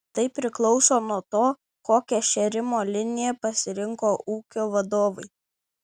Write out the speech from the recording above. tai priklauso nuo to kokią šėrimo liniją pasirinko ūkio vadovai